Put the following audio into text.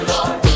Lord